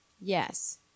Yes